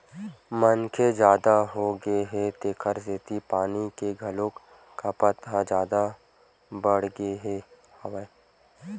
मनखे जादा होगे हे तेखर सेती पानी के घलोक खपत ह जादा बाड़गे गे हवय